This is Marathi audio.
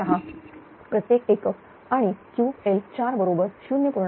006 प्रत्येक एकक आणि QL4 बरोबर 0